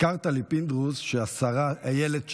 הזכרת לי, פינדרוס, שהשרה אילת שקד,